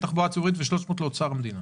לתחבורה ציבורית ו-300 מיליון שקל לאוצר המדינה?